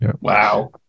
Wow